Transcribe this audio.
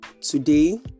Today